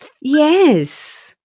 Yes